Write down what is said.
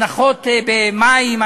הנחות במים.